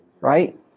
right